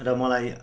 र मलाई